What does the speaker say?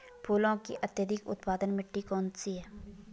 फूलों की अत्यधिक उत्पादन मिट्टी कौन सी है?